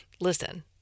Listen